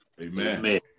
Amen